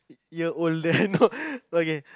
you're older no okay